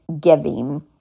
giving